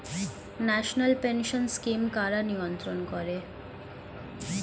National pension scheme কারা নিয়ন্ত্রণ করে?